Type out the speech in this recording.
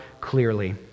clearly